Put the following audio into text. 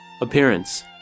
Appearance